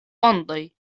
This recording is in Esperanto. ondoj